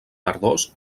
verdós